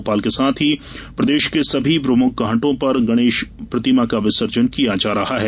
भोपाल के साथ ही प्रदेश के सभी प्रमुख घाटों पर गणेश प्रतिमा का विसर्जन किया जा रहा है